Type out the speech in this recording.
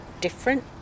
different